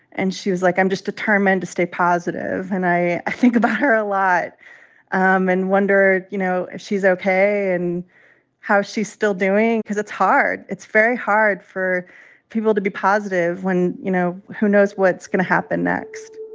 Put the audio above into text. and she was like, i'm just determined to stay positive. and i think about her a lot um and wonder, you know, if she's ok and how she's still doing, cause it's hard. it's very hard for people to be positive when, you know, who knows what's going to happen next?